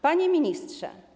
Panie Ministrze!